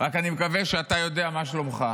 אני רק מקווה שאתה יודע מה שלומך.